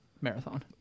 marathon